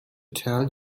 tell